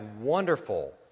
wonderful